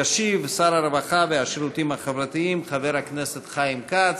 וישיב שר הרווחה והשירותים החברתיים חבר הכנסת חיים כץ.